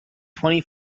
twenty